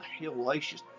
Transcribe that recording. hellacious